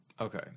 Okay